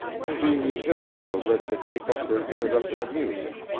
three musicians were ready to take up their interrupted music,